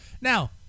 Now